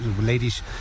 ladies